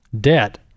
debt